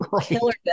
killer